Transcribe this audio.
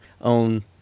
own